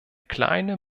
kleine